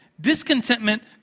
Discontentment